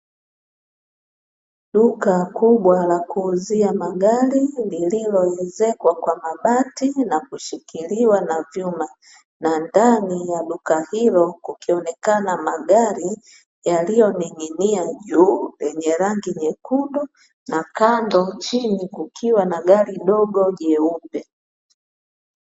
Duka kubwa la kuuzia magari lililo ezekwa kwa mabati na kushikiliwa na vyuma na ndani ya duka hilo kukionekana magari yaliyoning'ing'ia juu yenye rangi nyekundu, na kando chini kukiwa na gari dogo jeupe.